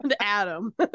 adam